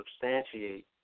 substantiate